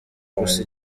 gusa